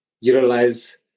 utilize